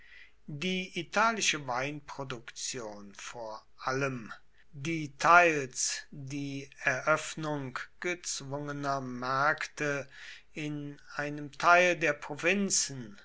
die italische weinproduktion vor allem die teils die eröffnung gezwungener märkte in einem teil der provinzen